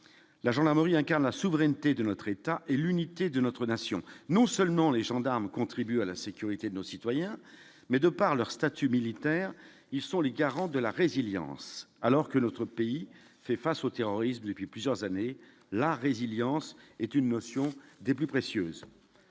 la gendarmerie incarne la souveraineté de notre État et l'unité de notre nation, non seulement les gendarmes contribue à la sécurité de nos citoyens, mais de par leur statut militaire, ils sont les garants de la résilience, alors que notre pays fait face au terrorisme depuis plusieurs années la résilience est une notion des plus précieuses